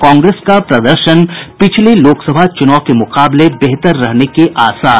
कांग्रेस का प्रदर्शन पिछले लोकसभा चुनाव के मुकाबले बेहतर रहने के आसार